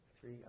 Three